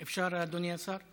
אפשר, אדוני השר?